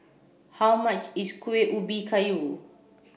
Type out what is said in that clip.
how much is Kuih Ubi Kayu